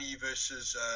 versus